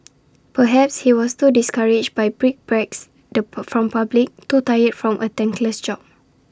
perhaps he was too discouraged by brickbats the from the public too tired from A thankless job